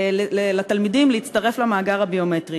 של התלמידים להצטרף למאגר הביומטרי.